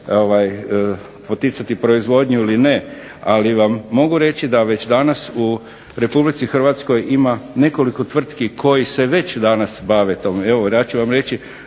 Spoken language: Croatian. poticati proizvodnju ili ne, ali vam mogu reći da već danas u Republici Hrvatskoj ima nekoliko tvrtki koji se već danas bave tom. Evo ja ću vam reći